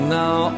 now